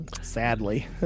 sadly